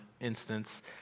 instance